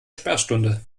sperrstunde